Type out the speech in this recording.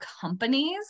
companies